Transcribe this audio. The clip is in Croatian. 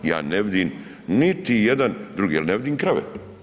Ja ne vidim niti jedan drugi jer ne vidim krave.